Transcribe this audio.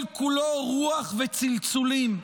כל-כולו רוח וצלצולים.